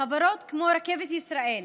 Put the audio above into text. בחברות כמו רכבת ישראל,